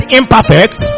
imperfect